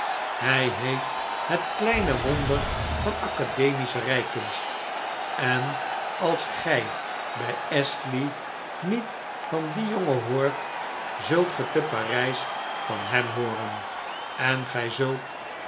hij heet het kleine wonder van academische rijkunst en als gij bij astley niet van dien jongen hoort zult ge te parijs van hem hooren en gij zult